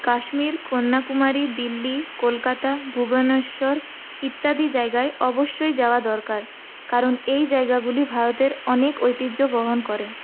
কাশ্মীর কন্যাকুমারী দিল্লি কলকাতা ভুবনেশ্বর ইত্যাদি জায়গায় অবশ্যই যাওয়া দরকার কারণ এই জায়গাগুলি ভারতের অনেক ঐতিহ্য বহন করে